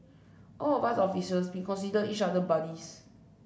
all of us officers we consider each other buddies